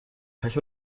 pech